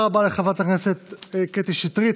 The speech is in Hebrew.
תודה רבה לחברת הכנסת קטי שטרית.